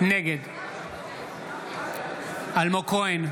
נגד אלמוג כהן,